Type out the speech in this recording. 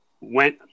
went